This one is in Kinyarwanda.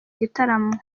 gitaramo